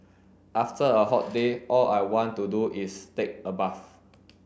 after a hot day all I want to do is take a bath